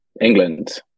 England